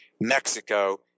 Mexico